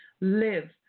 Live